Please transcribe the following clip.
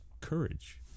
courage